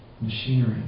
machinery